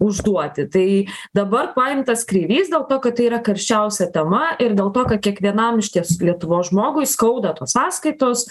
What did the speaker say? užduoti tai dabar paimtas kreivys dėl to kad tai yra karščiausia tema ir dėl to kad kiekvienam iš ties lietuvos žmogui skauda tos sąskaitos